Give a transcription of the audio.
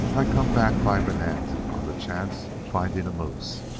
i come back by bonanza on the chance of finding a moose.